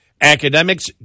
Academics